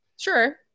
Sure